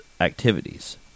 activities